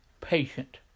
patient